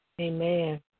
Amen